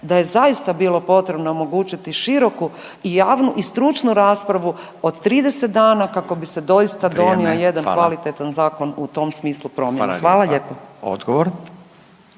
da je zaista bilo potrebno omogućiti široku i javnu i stručnu raspravu od 30 dana kako bi se doista donio …/Upadica: Vrijeme./… jedan kvalitetan zakon u tom smislu promjene. Hvala lijepa.